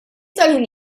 tal